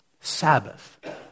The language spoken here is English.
Sabbath